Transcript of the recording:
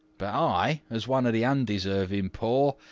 but i, as one of the undeserving poor,